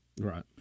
right